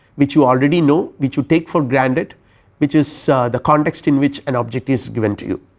which you already know which you take for granted which is so the context in which an object is given to you.